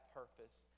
purpose